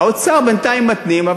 באוצר בינתיים מתנים,